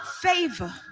favor